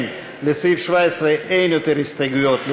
לסעיף 17 אין יותר הסתייגויות,